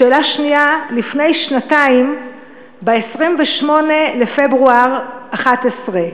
שאלה שנייה: לפני שנתיים ב-28 בפברואר 2011,